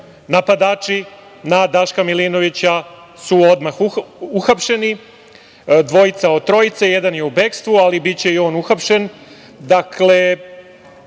napadači na Daška Milinovića su odmah uhapšeni, dvojica od trojice. Jedan je u bekstvu, ali biće i on uhapšen.